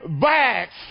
bags